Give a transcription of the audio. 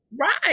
Right